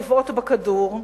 לבעוט בכדור,